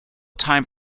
time